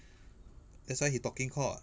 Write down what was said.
that's why he talking cock